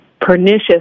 pernicious